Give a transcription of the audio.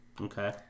Okay